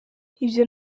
ibyo